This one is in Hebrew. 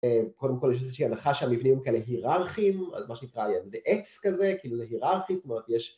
‫קודם כול יש איזושהי הנחה שם ‫מבנים כאלה היררכים, ‫אז מה שנקרא היום זה עץ כזה, ‫כאילו זה היררכי, זאת אומרת יש...